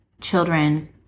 children